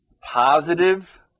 Positive